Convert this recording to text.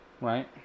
Right